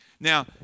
Now